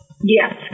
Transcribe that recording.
Yes